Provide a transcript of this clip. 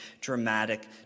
dramatic